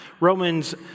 Romans